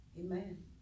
Amen